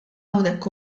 hawnhekk